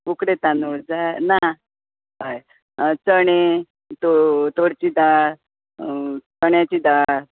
उकडें तादुंळ जाय हय ना हय हय चणें तो तोरची दाळ चण्याची दाळ